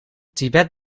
tibet